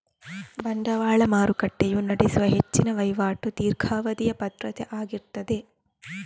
ಬಂಡವಾಳ ಮಾರುಕಟ್ಟೆಯು ನಡೆಸುವ ಹೆಚ್ಚಿನ ವೈವಾಟು ದೀರ್ಘಾವಧಿಯ ಭದ್ರತೆ ಆಗಿರ್ತದೆ